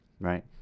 Right